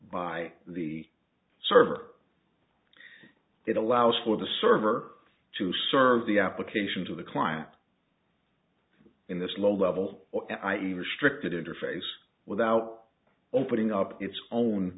by the server that allows for the server to serve the application to the client in this low level i e restricted interface without opening up its own